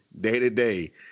day-to-day